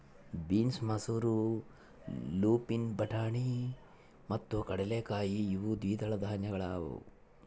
beans ಮಸೂರ lupin ಬಟಾಣಿ ಮತ್ತು ಕಡಲೆಕಾಯಿ ಇವು ದ್ವಿದಳ ಧಾನ್ಯಗಳಾಗ್ಯವ